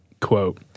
quote